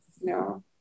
no